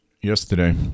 yesterday